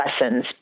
lessons